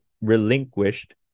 relinquished